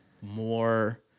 more